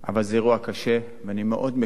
אבל זה אירוע קשה, ואני מאוד מקווה